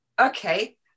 Okay